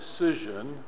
decision